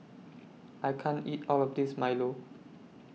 I can't eat All of This Milo